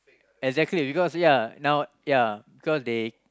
exactly because ya now ya because they